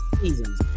seasons